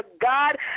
God